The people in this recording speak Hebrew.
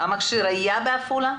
המכשיר היה בעפולה?